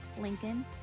Lincoln